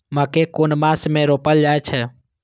मकेय कुन मास में रोपल जाय छै?